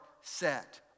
set